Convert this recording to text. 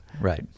right